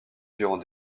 durant